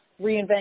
reinvent